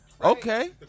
Okay